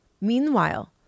Meanwhile